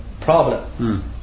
problem